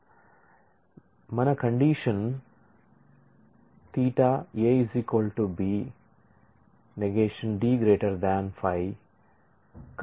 కాబట్టి మన condition Ɵ A B D 5